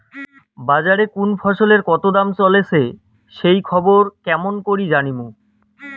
বাজারে কুন ফসলের কতো দাম চলেসে সেই খবর কেমন করি জানীমু?